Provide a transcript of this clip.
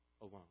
alone